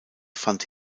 fand